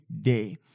day